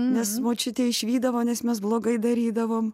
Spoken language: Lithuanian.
nes močiutė išvydavo nes mes blogai darydavom